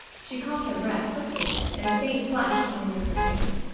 she caught her breath quickly, and a faint flush came into her face.